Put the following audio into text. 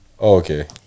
okay